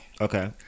Okay